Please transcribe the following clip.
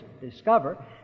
discover